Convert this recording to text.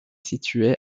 situé